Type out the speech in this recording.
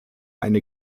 eine